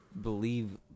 believe